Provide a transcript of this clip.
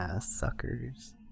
suckers